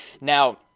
Now